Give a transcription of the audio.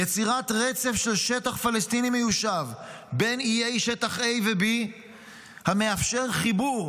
יצירת רצף של שטח פלסטיני מיושב בין איי שטח A ו-B המאפשר חיבור